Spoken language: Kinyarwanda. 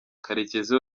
karekezi